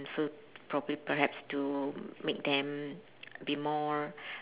um so probably perhaps to make them be more